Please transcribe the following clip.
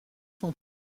sont